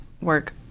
work